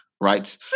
right